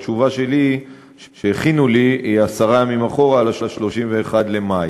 התשובה שהכינו לי היא עשרה ימים אחורה, ל-31 במאי.